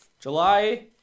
July